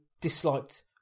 disliked